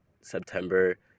September